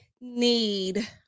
need